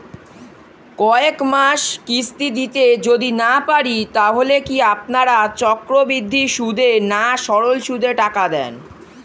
কয়েক মাস কিস্তি দিতে যদি না পারি তাহলে কি আপনারা চক্রবৃদ্ধি সুদে না সরল সুদে টাকা দেন?